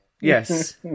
yes